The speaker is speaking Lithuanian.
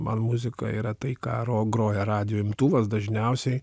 man muzika yra tai ką ro groja radijo imtuvas dažniausiai